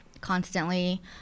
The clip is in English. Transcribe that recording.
constantly